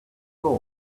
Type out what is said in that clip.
floor